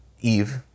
Eve